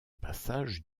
passage